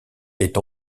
est